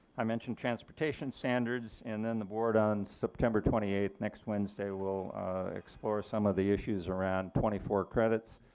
i mentioned transportation standards and then the board on september twenty eight, next wednesday, will explore some of the issues around twenty four credits.